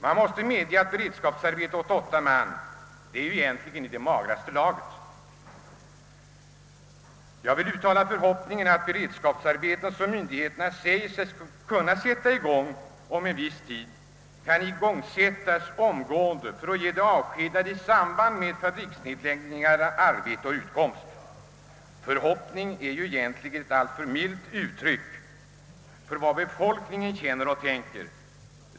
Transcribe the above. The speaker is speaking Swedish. Man måste medge att beredskapsarbete åt endast åtta man är i magraste laget. Jag vill uttala förhoppningen att sådana beredskapsarbeten, som myndigheterna säger skall kunna sättas i gång om en viss tid, kan påbörjas omgående för att ge de i samband med fabriksnedläggningarna avskedade arbete och utkomst. »Förhoppning» är egentligen ett alltför milt uttryck för vad befolkningen känner och tänker.